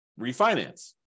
refinance